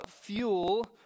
fuel